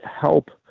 help